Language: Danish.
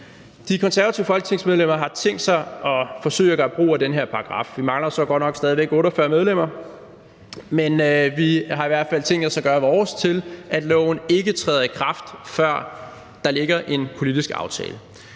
De konservative folketingsmedlemmer har tænkt sig at forsøge at gøre brug af den her paragraf. Vi mangler så godt nok stadig væk 48 medlemmer, men vi har i hvert fald tænkt os at gøre vores til, at loven ikke træder i kraft, før der ligger en politisk aftale.